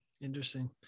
Interesting